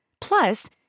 Plus